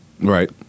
Right